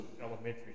elementary